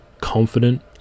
confident